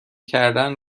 کردن